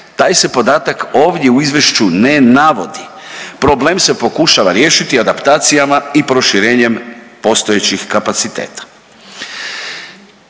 Taj se podatak ovdje u izvješću ne navodi. Problem se pokušava riješiti adaptacijama i proširenjem postojećih kapaciteta.